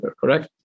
correct